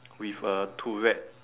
with a turret